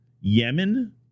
Yemen